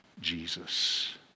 Jesus